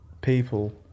people